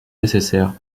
nécessaire